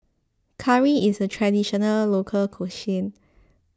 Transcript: Curry is a Traditional Local Cuisine